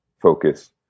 focus